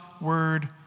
word